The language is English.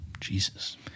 Jesus